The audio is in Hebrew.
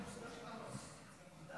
כבוד היושב-ראש, כנסת